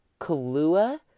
Kahlua